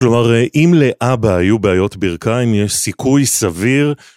כלומר, אם לאבא היו בעיות ברכיים, אם יש סיכוי סביר...